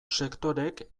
sektoreek